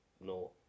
no